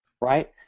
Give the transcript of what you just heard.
right